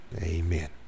amen